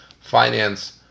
finance